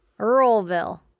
Earlville